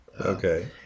okay